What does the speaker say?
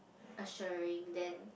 assuring them